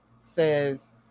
says